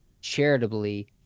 charitably